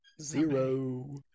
zero